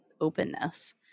openness